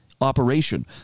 operation